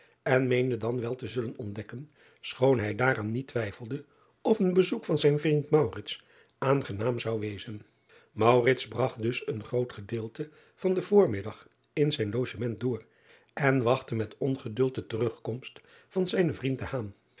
en meende dan wel te zullen ontdekken schoon hij daaraan niet twijfelde of een driaan oosjes zn et leven van aurits ijnslager bezoek van zijn vriend aangenaam zou wezen bragt dus een groot gedeelte van den voormiddag in zijn logement door en wachtte met ongeduld de terugkomst van zijnen vriend